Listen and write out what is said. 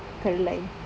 caroline